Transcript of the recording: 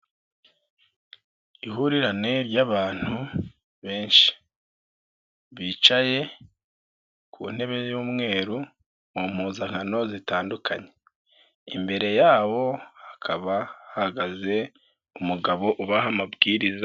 Ihurirane ry'abantu benshi bicaye ku ntebe y'umweru mu mpuzankano zitandukanye, imbere yabo hakaba hahagaze umugabo ubaha amabwiriza.